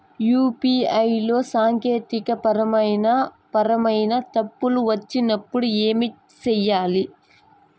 UPI లో సాంకేతికపరమైన పరమైన తప్పులు వచ్చినప్పుడు ఏమి సేయాలి